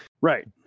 Right